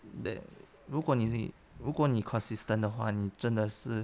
the 如果你如果你 consistent 的话你真的是